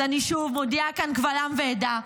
אז אני שוב מודיעה כאן קבל עם ועדה: